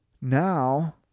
now